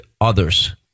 others